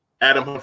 Adam